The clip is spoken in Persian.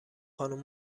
خانم